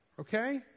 Okay